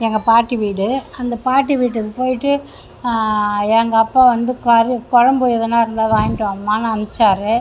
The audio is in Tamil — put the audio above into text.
எங்கள் பாட்டி வீடு அந்த பாட்டி வீட்டுக்கு போய்விட்டு எங்கள் அப்பா வந்து குழம்பு எதனா இருந்தால் வாங்கிகிட்டு வாமான்னு அனும்ச்சாரு